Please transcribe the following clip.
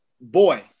Boy